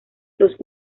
los